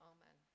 Amen